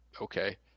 okay